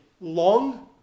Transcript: Long